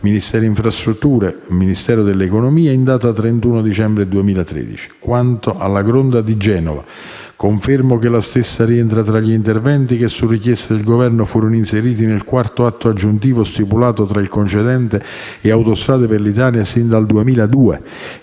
Ministero delle infrastrutture e dei trasporti-Ministero dell'economia e delle finanze in data 31 dicembre 2013. Quanto alla gronda di Genova, confermo che la stessa rientra tra gli interventi che, su richiesta del Governo, furono inseriti nel IV atto aggiuntivo stipulato tra il concedente e Autostrade per l'Italia sin dal 2002.